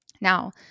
Now